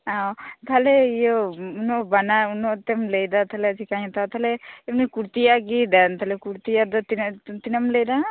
ᱚᱻ ᱛᱟᱞᱦᱮ ᱚ ᱤᱭᱟᱹ ᱱᱚᱣᱟ ᱵᱟᱱᱟᱨ ᱛᱮ ᱩᱱᱟᱹᱜ ᱠᱟᱛᱮᱜ ᱮᱢ ᱞᱟᱹᱭ ᱫᱟ ᱛᱟᱞᱦᱮ ᱪᱤᱠᱟᱧ ᱦᱟᱛᱟᱣᱟ ᱛᱟᱞᱦᱮ ᱮᱢᱱᱤ ᱠᱩᱨᱛᱤᱭᱟᱜ ᱜᱮ ᱫᱮᱱ ᱠᱩᱨᱛᱤᱭᱟᱜ ᱫᱚ ᱛᱤᱱᱟᱹᱜ ᱛᱤᱱᱟᱹᱜ ᱮᱢ ᱞᱟᱹᱭ ᱫᱟ